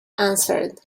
answered